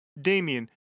Damien